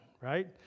right